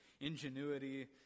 ingenuity